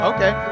Okay